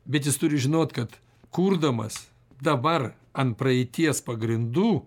bet jis turi žinot kad kurdamas dabar ant praeities pagrindų